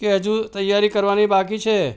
કે હજુ તૈયારી કરવાની બાકી છે